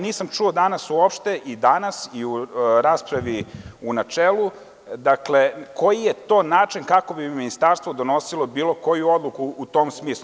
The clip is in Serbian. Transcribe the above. Nisam čuo danas uopšte, ni u raspravi u načelu, koji je to način kako bi ministarstvo donosilo bilo koju odluku u tom smislu?